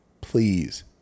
please